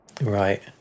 Right